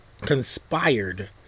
conspired